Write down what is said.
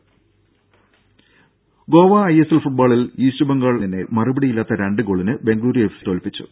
രംഭ Goa ISL ഫുട്ബോളിൽ East ബംഗാളിനെ മറുപടിയില്ലാത്ത രണ്ട് ഗോളിന് ബെങ്കളൂരു എഫ്സി തോൽപ്പിച്ചു